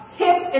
hip